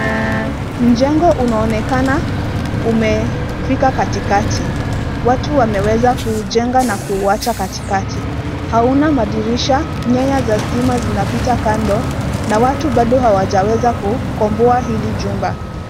Mjengo unaonekana umefika katikati. Watu wameweza kuujenga na kuuwacha katikati. Hauna madirisha, nyaya za stima zinapita kando, na watu bado hawajaweza kukomboa hili jumba.